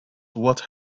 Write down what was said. what